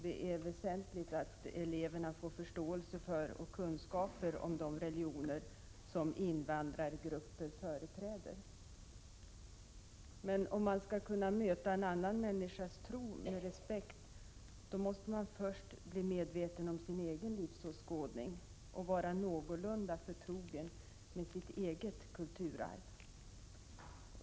Det är väsentligt att eleverna får förståelse för och kunskaper om de religioner som invandrargrupper företräder. Om man skall kunna möta en annan människas tro med respekt, måste man först bli medveten om sin egen livsåskådning och vara någorlunda förtrogen med sitt eget kulturarv.